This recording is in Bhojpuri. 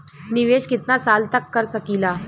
निवेश कितना साल तक कर सकीला?